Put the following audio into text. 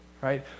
Right